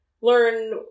learn